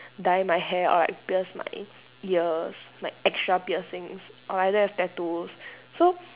dye my hair or like pierce my ears like extra piercings or I don't have tattoos so